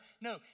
no